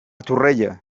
torrella